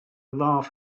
laugh